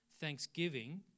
thanksgiving